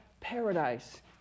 Paradise